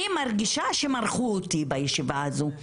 אני מרגישה שמרחו אותי בישיבה הזו.